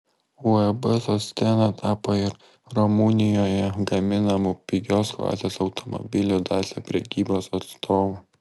uab sostena tapo ir rumunijoje gaminamų pigios klasės automobilių dacia prekybos atstovu